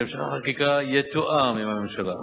שהמשך החקיקה יתואם עם הממשלה.